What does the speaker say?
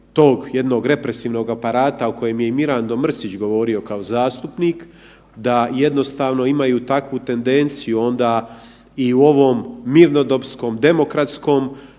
jednog represivnog aparata o kojem je i Mirando Mrsić govorio kao zastupnik, da jednostavno imaju takvu tendenciju onda i u ovom mirnodopskom demokratskom